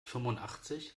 fünfundachtzig